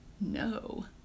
no